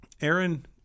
Aaron